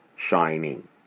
shining